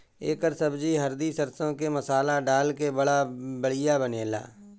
एकर सब्जी हरदी सरसों के मसाला डाल के बड़ा बढ़िया बनेला